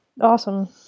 Awesome